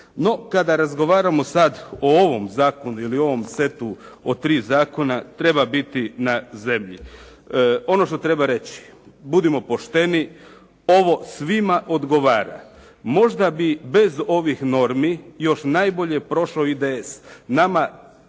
No kada razgovaramo sada o ovom zakonu ili o ovom setu o tri zakona treba biti na zemlji. Ono što treba reći, budimo pošteni, ovo svima odgovara. Možda bi bez ovih normi još najbolje prošao IDS, nama